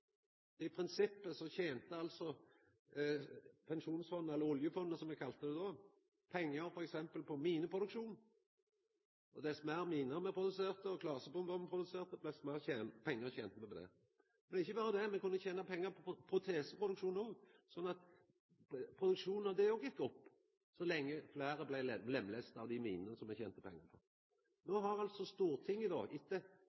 prinsippet tente altså Pensjonsfondet, eller Oljefondet som me kalla det då, pengar på f.eks. mineproduksjon. Dess meir miner me produserte, dess meir klasebomber me produserte, dess meir pengar tente me på det. Men ikkje berre det: Me kunne tena pengar på proteseproduksjon òg, for produksjonen av dei gjekk òg opp så lenge fleire blei lemlesta av dei minene som me tente pengar